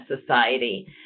society